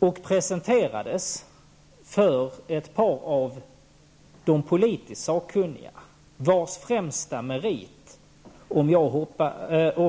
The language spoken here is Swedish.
och presenterades för ett par av de politiskt sakkunniga, vars främsta merit, om